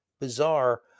bizarre